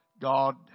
God